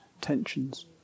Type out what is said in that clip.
tensions